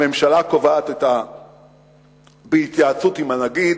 הממשלה קובעת בהתייעצות עם הנגיד.